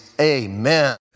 amen